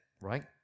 right